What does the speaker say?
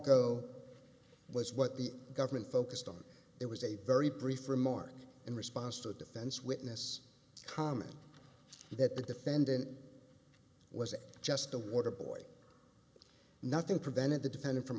go was what the government focused on it was a very brief remark in response to a defense witness comment that the defendant was just the water boy nothing prevented the defendant from